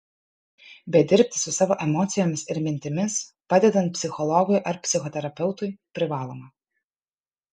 bet dirbti su savo emocijomis ir mintimis padedant psichologui ar psichoterapeutui privaloma